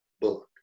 book